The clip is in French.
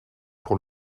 pour